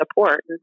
support